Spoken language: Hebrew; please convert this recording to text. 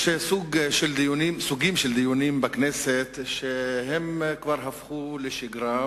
יש בכנסת סוגים של דיונים שכבר הפכו לשגרה,